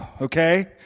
okay